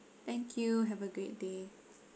thank you have a great day